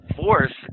force